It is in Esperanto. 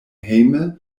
hejme